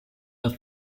the